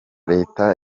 leta